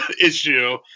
issue